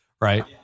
Right